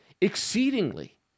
exceedingly